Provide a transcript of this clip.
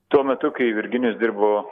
tuo metu kai virginijus dirbo